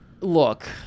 look